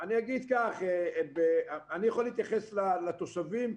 אני יכול להתייחס לתושבים,